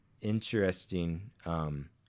interesting